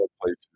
places